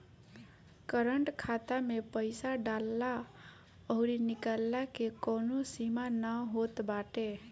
current खाता में पईसा डालला अउरी निकलला के कवनो सीमा ना होत बाटे